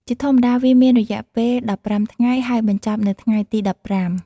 ជាធម្មតា វាមានរយៈពេល ១៥ ថ្ងៃ ហើយបញ្ចប់នៅថ្ងៃទី ១៥។